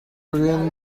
rian